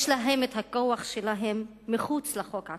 יש להן את הכוח שלהן מחוץ לחוק עצמו,